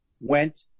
went